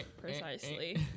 precisely